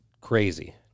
crazy